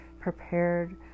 prepared